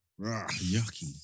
Yucky